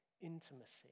intimacy